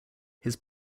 his